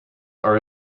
are